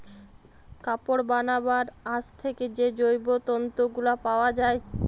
কাপড় বানাবার আঁশ থেকে যে জৈব তন্তু গুলা পায়া যায়টে